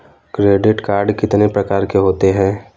Credit card कितने प्रकार के होते हैं?